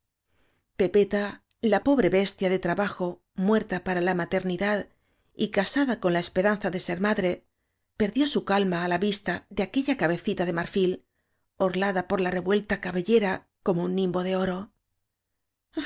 pepeta la pobre bestia de trabajo muerta para la maternidad y casada con la esperanza de ser madre perdió su calma á la vista de aquella cabecita de marfil orlada por la re vuelta cabellera como un nimbo de oro